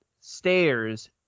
Stairs